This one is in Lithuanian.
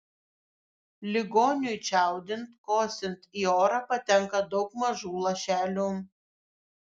ligoniui čiaudint kosint į orą patenka daug mažų lašelių